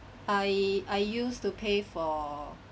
I I use to pay for